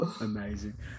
Amazing